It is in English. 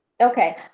okay